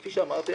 כפי שאמרתי,